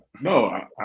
No